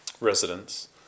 residents